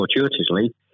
fortuitously